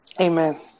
Amen